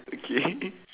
okay